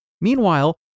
Meanwhile